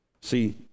See